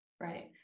Right